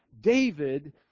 David